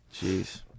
Jeez